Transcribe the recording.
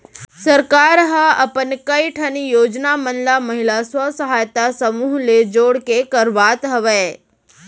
सरकार ह अपन कई ठन योजना मन ल महिला स्व सहायता समूह ले जोड़ के करवात हवय